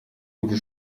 gute